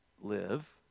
live